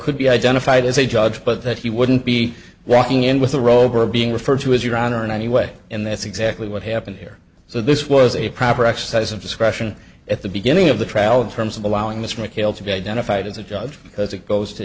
could be identified as a judge but that he wouldn't be walking in with a robe or being referred to as your honor in any way and that's exactly what happened here so this was a proper exercise of discretion at the beginning of the trial of terms of allowing this mikhail to be identified as a judge because it goes to